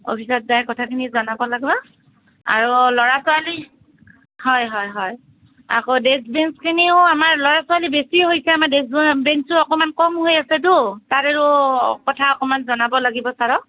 অফিচত যায় কথাখিনি জনাব লাগিব আৰু ল'ৰা ছোৱালীক হয় হয় হয় আকৌ ডেক্স বেঞ্চখিনিও আমাৰ ল'ৰা ছোৱালী বেছি হৈছে আমাৰ ডেক্সবোৰ বেঞ্চো আমাৰ কম হৈ আছেতো তাৰেও কথা অকণমান জনাব লাগিব চাৰক